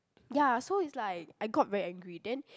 ya so it's like I got very angry then